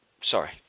Sorry